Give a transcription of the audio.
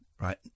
right